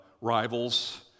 rivals